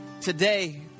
today